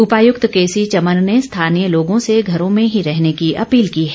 उपायुक्त K C Chaman ने स्थानीय लोगों से घरों में ही रहने की अपील की है